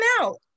out